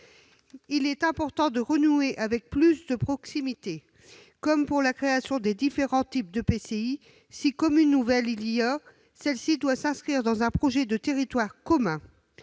il est important de renouer avec plus de proximité, ce qui vaut, aussi, pour la création des différents types d'EPCI. Si commune nouvelle il y a, celle-ci doit s'inscrire dans un projet de territoire commun.